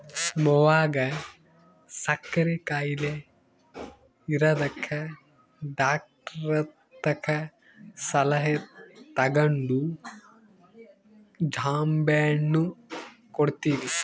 ನಮ್ವಗ ಸಕ್ಕರೆ ಖಾಯಿಲೆ ಇರದಕ ಡಾಕ್ಟರತಕ ಸಲಹೆ ತಗಂಡು ಜಾಂಬೆಣ್ಣು ಕೊಡ್ತವಿ